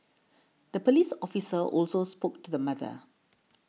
the police officer also spoke to the mother